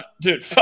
dude